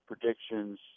predictions